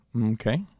Okay